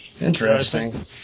Interesting